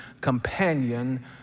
companion